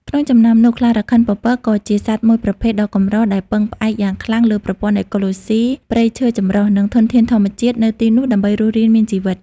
ក្នុងចំណោមនោះ ខ្លារខិនពពក ក៏ជាសត្វមួយប្រភេទដ៏កម្រដែលពឹងផ្អែកយ៉ាងខ្លាំងលើប្រព័ន្ធអេកូឡូស៊ីព្រៃឈើចម្រុះ និងធនធានធម្មជាតិនៅទីនោះដើម្បីរស់រានមានជីវិត។